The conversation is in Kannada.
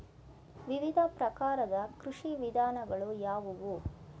ವಿವಿಧ ಪ್ರಕಾರದ ಕೃಷಿ ವಿಧಾನಗಳು ಯಾವುವು?